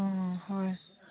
ꯑꯥ ꯍꯣꯏ